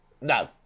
No